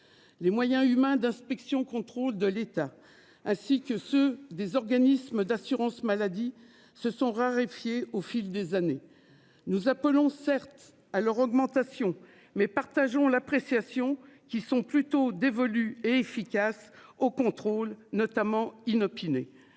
Les moyens humains d'inspection, contrôle de l'État ainsi que ceux des organismes d'assurance maladie se sont raréfiés au fil des années. Nous appelons certes. À leur augmentation mais partageons l'appréciation qui sont plutôt dévolu et efficace au contrôle notamment inopiné.